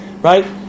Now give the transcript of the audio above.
right